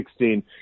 2016